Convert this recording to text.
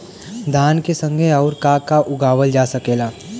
धान के संगे आऊर का का उगावल जा सकेला?